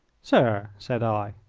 sir, said i,